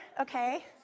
Okay